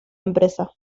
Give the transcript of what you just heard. empresa